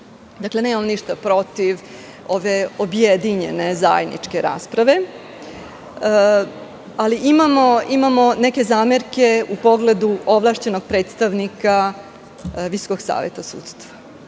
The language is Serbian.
korupcije. Nemamo ništa protiv ove objedinjene zajedničke rasprave, ali imamo neke zamerke u pogledu ovlašćenog predstavnika Visokog saveta sudstva